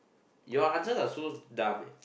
your answers are so dumb eh